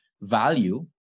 value